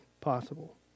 possible